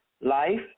life